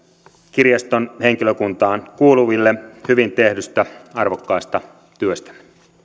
kirjaston henkilökuntaan kuuluville hyvin tehdystä arvokkaasta työstä